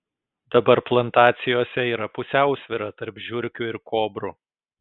dabar plantacijose yra pusiausvyra tarp žiurkių ir kobrų